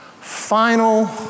final